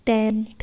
tent